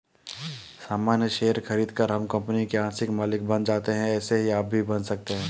सामान्य शेयर खरीदकर हम कंपनी के आंशिक मालिक बन जाते है ऐसे ही आप भी बन सकते है